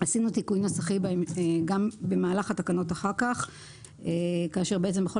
עשינו תיקון נוסחי גם במהלך התקנות אחר כך כאשר בכל